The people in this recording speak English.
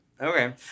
Okay